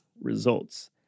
results